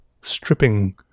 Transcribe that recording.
stripping